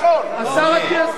אדוני היושב-ראש, השר אטיאס רשום.